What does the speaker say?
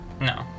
No